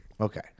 Okay